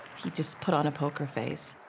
he just put on a poker face.